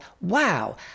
wow